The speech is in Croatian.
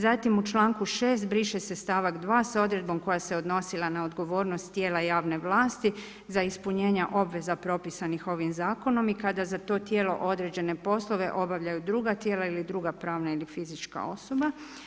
Zatim u članku 6. briše se stavak 2. sa odredbom koja se odnosila na odgovornost tijela javne vlasti za ispunjenje obveza propisanih ovim zakonom i kada za to tijelo određene poslove obavljaju druga tijela ili druga pravna ili fizička osoba.